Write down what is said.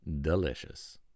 delicious